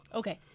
okay